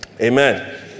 Amen